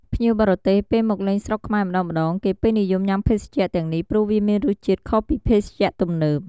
ភ្ញៀវបរទេសពេលមកលេងស្រុកខ្មែរម្តងៗ គេពេញនិយមញុាំភេសជ្ជៈទាំងនេះព្រោះវាមានរសជាតិខុសពីភេសជ្ជៈទំនើប។